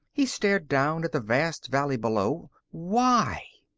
he stared down at the vast valley below. why?